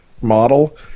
model